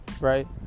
right